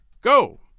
Go